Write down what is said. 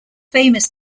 famous